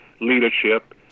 leadership